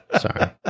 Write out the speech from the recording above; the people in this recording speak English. Sorry